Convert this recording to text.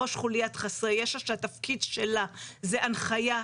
ראש חוליית חסרי ישע שהתפקיד שלה זה הנחייה,